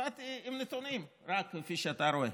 באתי עם נתונים, כפי שאתה רואה.